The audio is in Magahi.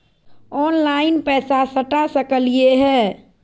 ऑनलाइन पैसा सटा सकलिय है?